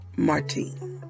Martine